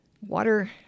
Water